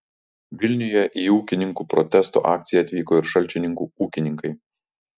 vilniuje į ūkininkų protesto akciją atvyko ir šalčininkų ūkininkai